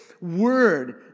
word